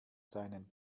seinen